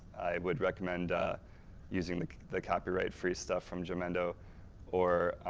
i would recommend and using the the copyright free stuff from jamendo or